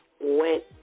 went